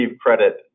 credit